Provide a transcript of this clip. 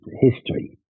history